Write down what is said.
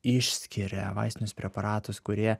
išskiria vaistinius preparatus kurie